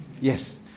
Yes